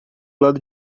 lado